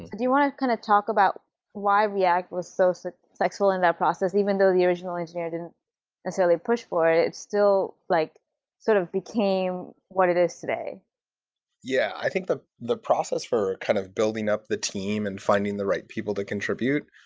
do you want to kind of talk about why react was so successful in that process even though the original engineer necessarily pushed for it? it still like sort of became what it is today yeah. i think the the process for kind of building up the team and finding the right people to contribute,